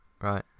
right